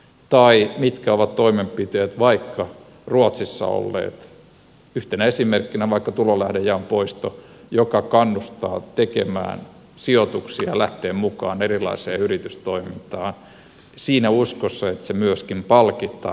tai mitkä ovat toimenpiteet vaikka ruotsissa olleet yhtenä esimerkkinä vaikka tulonlähdejaon poisto joka kannustaa tekemään sijoituksia lähtemään mukaan erilaiseen yritystoimintaan siinä uskossa että se myöskin palkitaan